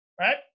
right